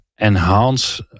enhance